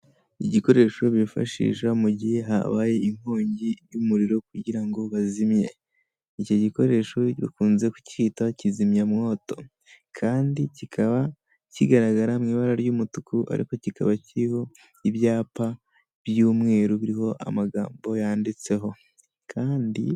Igikoresho bifashisha mu gihe habaye inkongi y'umuriro kugira ngo bazimye. Icyo gikoresho bakunze kukita kizimyamwoto kandi kikaba kigaragara mu ibara ry'umutuku ariko kikaba kiriho ibyapa by'umweru biriho amagambo yanditseho kandi.